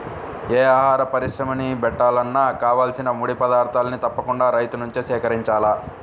యే ఆహార పరిశ్రమని బెట్టాలన్నా కావాల్సిన ముడి పదార్థాల్ని తప్పకుండా రైతుల నుంచే సేకరించాల